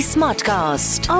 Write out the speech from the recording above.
Smartcast